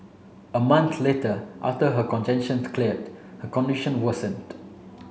a month later after her congestion cleared her condition worsened